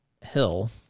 Hill